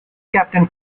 captain